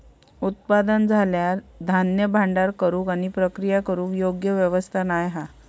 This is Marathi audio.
उत्पादन झाल्यार धान्य भांडार करूक आणि प्रक्रिया करूक योग्य व्यवस्था नाय हा